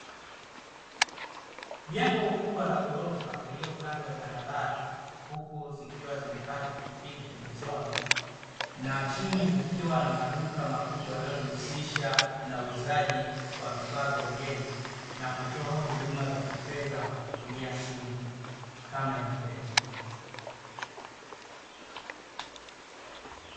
Jengo kubwa la ghorofa lililo kando ya barabara huku zikiwa zimepaki pikipiki pembezoni na chini kukiwa na maduka makubwa yanayojihusisha na uuzaji wa vifaa vya ujenzi na kutoa huduma za kifedha kwa kutumia simu kama mpesa.